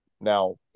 now